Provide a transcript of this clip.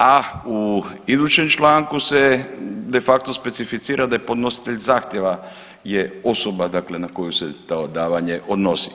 A u idućem članku se de facto specificira da je podnositelj zahtjeva je osoba dakle na koju se to davanje odnosi.